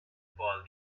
por